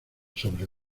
sobre